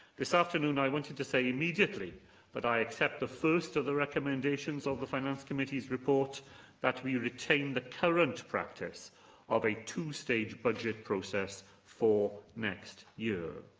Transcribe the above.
this afternoon, i wanted to say immediately that i accept the first of the recommendations of the finance committee's report that we retain the current practice of a two-stage budget process for next year.